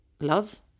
love